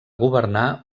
governar